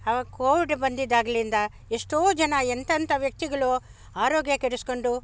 ಆ ಕೋವಿಡ್ ಬಂದಿದಾಗ್ಲಿಂದ ಎಷ್ಟೋ ಜನ ಎಂತೆಂಥ ವ್ಯಕ್ತಿಗ್ಳು ಆರೋಗ್ಯ ಕೆಡಿಸಿಕೊಂಡು